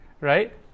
Right